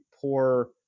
poor